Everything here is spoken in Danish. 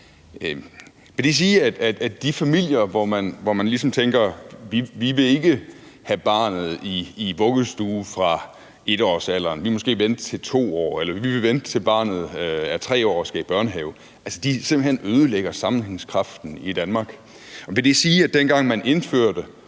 de familier, hvor man ligesom tænker, at man ikke vil have barnet i vuggestue fra 1-årsalderen, men måske vil vente, til det er 2 år, eller til det er 3 år og skal i børnehave, simpelt hen ødelægger sammenhængskraften i Danmark? Vil det sige, at man, dengang man indførte